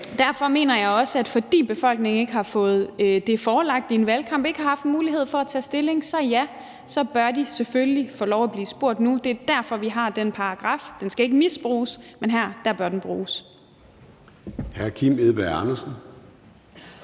Derfor mener jeg også, at fordi befolkningen ikke har fået det forelagt i en valgkamp og ikke har haft en mulighed for at tage stilling til det, bør den selvfølgelig få lov at blive spurgt nu. Det er derfor, vi har den paragraf. Den skal ikke misbruges, men her bør den bruges. Kl. 17:12 Formanden